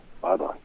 Bye-bye